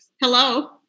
Hello